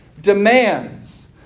demands